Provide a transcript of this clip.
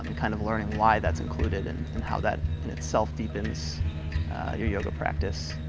and kind of learning why that's included and and how that and itself deepens your yoga practice,